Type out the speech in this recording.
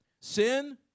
sin